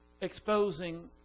exposing